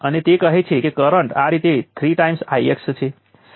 તેમાં એનર્જી સંગ્રહિત થાય છે જે 12CVc2છે તે સ્પષ્ટ છે